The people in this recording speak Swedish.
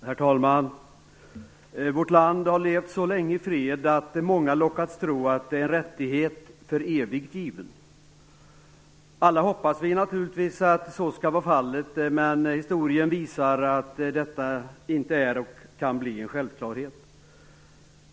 Herr talman! I vårt land har vi levt så länge i frihet att många har lockats tro att det är en rättighet för evigt given. Alla hoppas vi naturligtvis att så skall vara fallet, men historien visar att detta inte är en självklarhet.